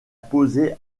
poser